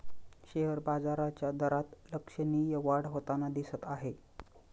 share बाजाराच्या दरात लक्षणीय वाढ होताना दिसत आहे